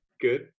good